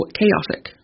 chaotic